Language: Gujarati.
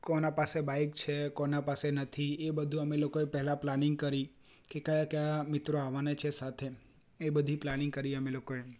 કોના પાસે બાઈક છે કોના પાસે નથી એ બધું અમે લોકોએ પહેલા પ્લાનિંગ કરી કે કયા કયા મિત્રો આવાના છે સાથે એ બધી પ્લાનિંગ કરી અમે લોકોએ